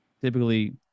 typically